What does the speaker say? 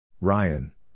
Ryan